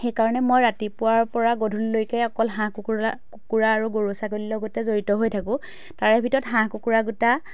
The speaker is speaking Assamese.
সেইকাৰণে মই ৰাতিপুৱাৰ পৰা গধূলিলৈকে অকল হাঁহ কুকুৰা কুকুৰা আৰু গৰু ছাগলীৰ লগতে জড়িত হৈ থাকোঁ তাৰে ভিতৰত হাঁহ কুকুৰাকেইটা